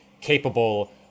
capable